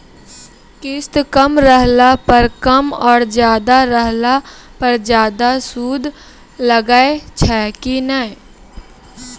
किस्त कम रहला पर कम और ज्यादा रहला पर ज्यादा सूद लागै छै कि नैय?